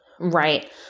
Right